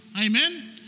amen